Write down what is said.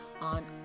on